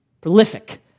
prolific